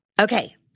Okay